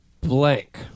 Blank